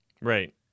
Right